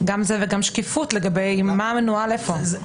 גם זה וגם שקיפות לגבי מה מנוהל איפה.